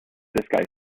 this